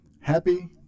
Happy